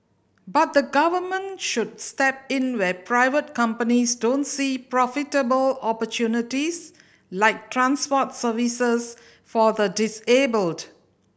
but the Government should step in where private companies don't see profitable opportunities like transport services for the disabled